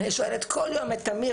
אני שואלת כל יום את טמיר,